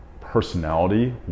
personality